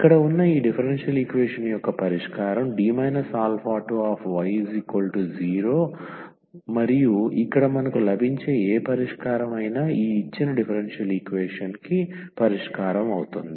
ఇక్కడ ఉన్న ఈ డిఫరెన్షియల్ ఈక్వేషన్ యొక్క పరిష్కారం y0 మరియు ఇక్కడ మనకు లభించే ఏ పరిష్కారం అయినా ఈ ఇచ్చిన డిఫరెన్షియల్ ఈక్వేషన్ కి పరిష్కారం అవుతుంది